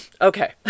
Okay